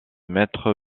maître